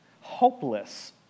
hopeless